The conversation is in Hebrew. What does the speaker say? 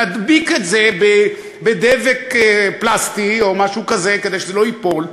נדביק את זה בדבק פלסטי או משהו כזה כדי שזה לא ייפול.